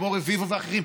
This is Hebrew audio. כמו רביבו ואחרים,